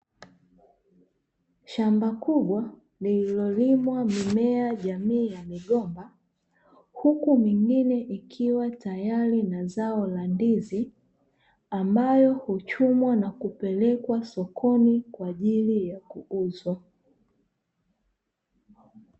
Shamba kubwa lililolimwa mimea jamii ya migomba huku mengine ikiwa tayari na zao la ndizi ambayo huchumwa na kupelekwa sokoni kwa ajili ya kuuzwa.